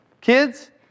kids